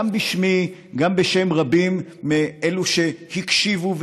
גם בשמי וגם בשם רבים מאלו שהקשיבו,